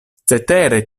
cetere